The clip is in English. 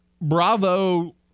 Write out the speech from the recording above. bravo